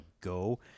go